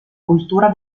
cultura